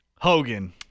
Hogan